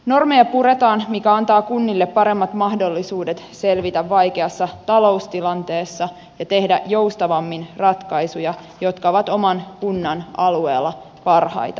normeja puretaan mikä antaa kunnille paremmat mahdollisuudet selvitä vaikeassa taloustilanteessa ja tehdä joustavammin ratkaisuja jotka ovat oman kunnan alueella parhaita